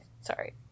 Sorry